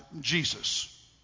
Jesus